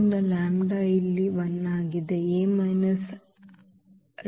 ಆದ್ದರಿಂದ ಲ್ಯಾಂಬ್ಡಾ ಇಲ್ಲಿ 1 ಆಗಿದೆ x 0